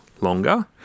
longer